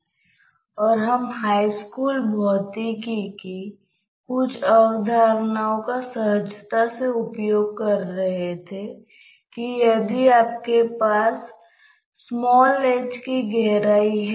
इसमें कुछ छेद हैं हम इसे एक छिद्रपूर्ण प्लेट कहते हैं